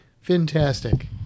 fantastic